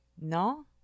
No